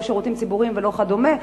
לא שירותים ציבוריים וכדומה.